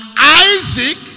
Isaac